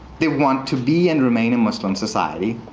they want to be and remain a muslim society.